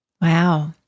Wow